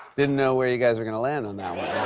didn't know where you guys were gonna land on that one.